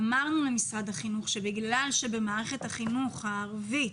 אמרנו למשרד החינוך שבגלל שבמערכת החינוך הערבית,